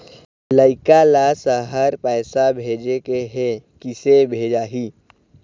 लइका ला शहर पैसा भेजें के हे, किसे भेजाही